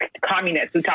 communists